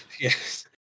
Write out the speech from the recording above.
Yes